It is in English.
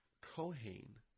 Kohen